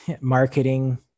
marketing